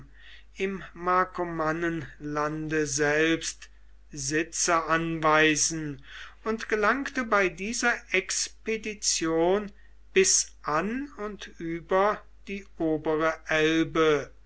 im markomannenlande selbst sitze anweisen und gelangte bei dieser expedition bis an und über die obere elbe